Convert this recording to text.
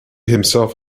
himself